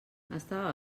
estava